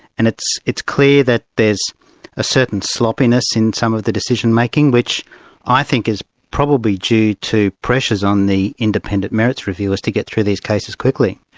and it's it's clear that there's a certain sloppiness in some of the decision-making, which i think is probably due to pressures on the independent merits reviewers to get through these cases quickly.